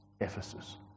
Ephesus